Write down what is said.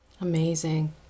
Amazing